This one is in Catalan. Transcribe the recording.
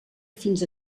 fins